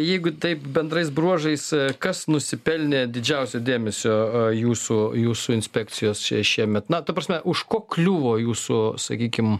jeigu taip bendrais bruožais kas nusipelnė didžiausio dėmesio a jūsų jūsų inspekcijos š šiemet na ta prasme už ko kliuvo jūsų sakykim